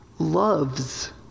loves